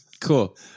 Cool